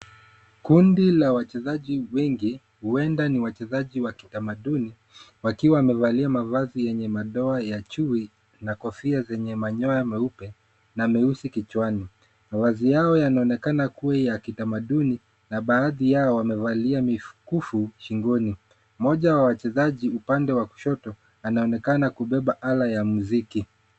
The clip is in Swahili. Kundi la wachezaji wengi, huenda ni wachezaji wa kitamaduni, wakiwa wamevalia mavazi yenye madoa ya chui na kofia zenye manyoya meupe na meusi kichwani. Mavazi yao yanaonekana kuwa ya kitamaduni na baadhi yao wamevalia mifukufu shingoni moja wa wachezaji upande wa kushoto anaonekana kubeba ala ya mziki.